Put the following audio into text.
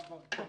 נכון.